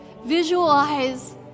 visualize